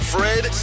Fred